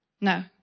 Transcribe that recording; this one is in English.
No